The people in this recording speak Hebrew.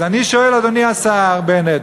אז אני שואל, אדוני השר בנט,